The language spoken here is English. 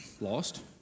lost